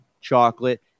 chocolate